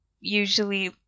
usually